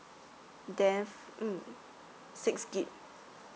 then mm six G_B